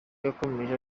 yakomeje